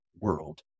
world